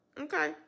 Okay